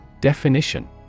Definition